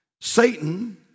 Satan